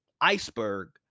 iceberg